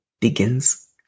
begins